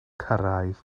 cyrraedd